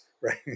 right